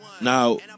Now